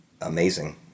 Amazing